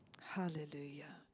Hallelujah